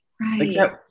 right